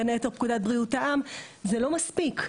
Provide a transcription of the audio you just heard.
בין היתר פקודת בריאות העם זה לא מספיק,